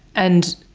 and